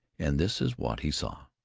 and this is what he saw.